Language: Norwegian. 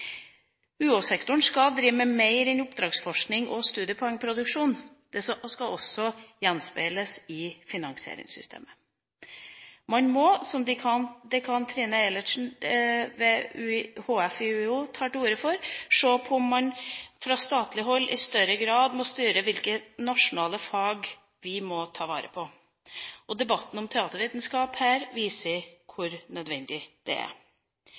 skal drive med mer enn oppdragsforskning og studiepoengproduksjon. Det skal også gjenspeiles i finansieringssystemet. Man må, som dekan Trine Syvertsen ved HF ved Universitetet i Oslo tar til orde for, se på om man fra statlig hold i større grad må styre hvilke nasjonale fag vi må ta vare på. Debatten om teatervitenskap viser hvor nødvendig det er.